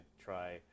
try